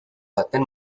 baten